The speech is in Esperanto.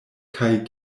kaj